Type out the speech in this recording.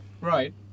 Right